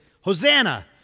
Hosanna